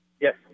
Yes